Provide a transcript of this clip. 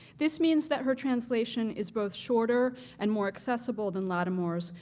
this means that her translation is both shorter and more accessible than lattimore's,